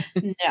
no